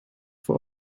voor